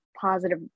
positive